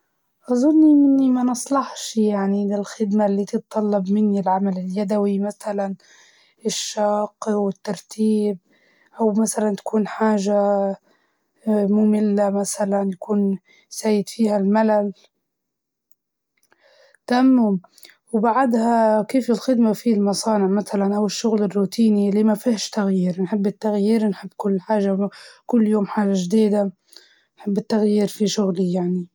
وظيفة فيها رياضيات، أو حسابات دقيقة، يعني مش عشان ما نقدر بس لإني ما نحبها ونحس بالملل.